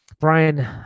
Brian